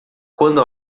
quando